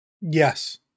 yes